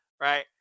Right